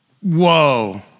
Whoa